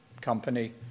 Company